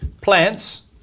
Plants